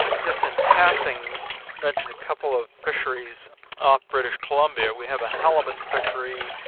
just in passing, just mention a couple of fisheries off british colombia we have a halibut fishery,